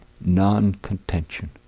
non-contention